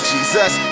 Jesus